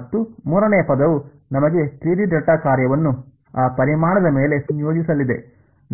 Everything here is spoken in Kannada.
ಮತ್ತು ಮೂರನೆಯ ಪದವು ನಮಗೆ 3 ಡಿ ಡೆಲ್ಟಾ ಕಾರ್ಯವನ್ನು ಆ ಪರಿಮಾಣದ ಮೇಲೆ ಸಂಯೋಜಿಸಲಿದೆ